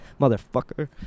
motherfucker